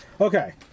Okay